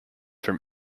from